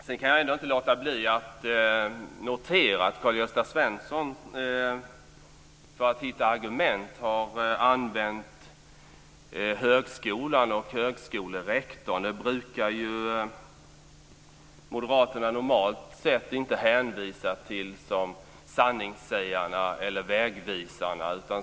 Sedan kan jag inte låta bli att notera att Karl-Gösta Svenson för att hitta argument har använt sig av högskolan och högskolerektorn. Moderaterna brukar ju normalt inte hänvisa till högskolan och dess rektor som sanningssägare eller vägvisare.